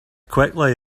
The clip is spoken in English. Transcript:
quickly